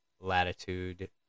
latitude